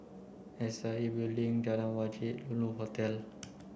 S I A Building Jalan Wajek Lulu Hotel